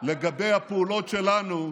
לגבי הפעולות שלנו,